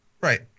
Right